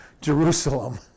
Jerusalem